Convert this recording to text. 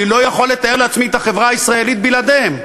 אני לא יכול לתאר לעצמי את החברה הישראלית בלעדיהם.